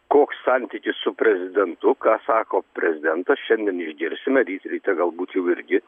koks santykis su prezidentu ką sako prezidentas šiandien išgirsime ryt ryte galbūt jau irgi